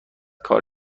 کار